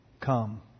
come